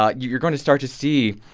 ah you're going to start to see,